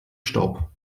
staub